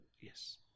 yes